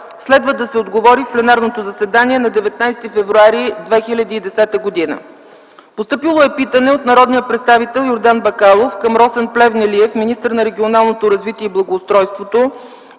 Следва да се отговори в пленарното заседание на 19 февруари 2010 г. Постъпило е питане от народния представител Йордан Бакалов към Росен Плевнелиев – министър на регионалното развитие и благоустройството,